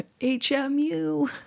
HMU